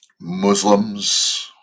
Muslims